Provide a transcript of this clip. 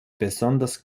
besonders